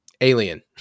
Alien